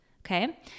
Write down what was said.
Okay